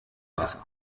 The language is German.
wasser